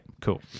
cool